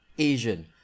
Asian